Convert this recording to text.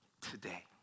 today